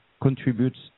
contributes